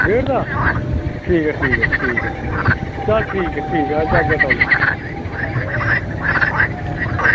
डेढ़ दा ठीक ऐ ठीक ऐ चल ठीक ऐ ठीक ऐ आई जा आई जा तौले